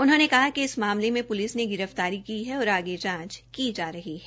उन्होंने कहा कि इस मामले में पुलिस ने गिरफतारी की हैऔर आगे जांच की जा रही है